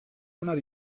onak